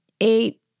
eight